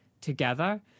together